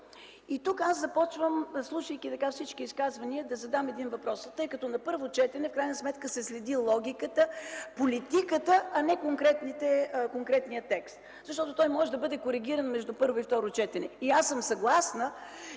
гъвкав подход. Слушайки тук всички изказвания, ще задам един въпрос, тъй като на първо четене се следи логиката, политиката, а не конкретният текст, защото той може да бъде коригиран между първо и второ четене. Аз съм съгласна,